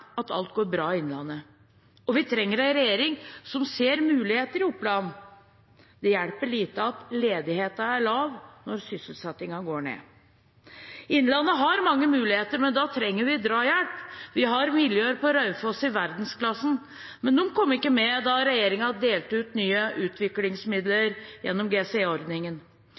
at alt går bra i innlandet. Vi trenger en regjering som ser muligheter i Oppland. Det hjelper lite at ledigheten er lav, når sysselsettingen går ned. Innlandet har mange muligheter, men da trenger vi drahjelp. Vi har miljøer på Raufoss i verdensklasse, men de kom ikke med da regjeringen delte ut nye utviklingsmidler gjennom